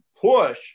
push